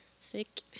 thick